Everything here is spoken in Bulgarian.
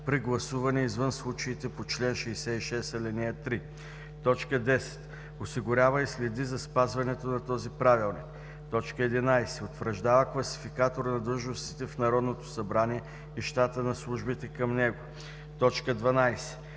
при гласуване извън случаите по чл. 66, ал. 3; 10. осигурява и следи за спазването на този правилник; 11. утвърждава класификатор на длъжностите в Народното събрание и щата на службите към него; 12.